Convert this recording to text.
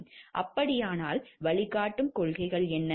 அப்படியானால் வழிகாட்டும் கொள்கைகள் என்ன